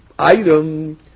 item